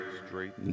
straight